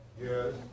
Yes